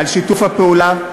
על שיתוף הפעולה,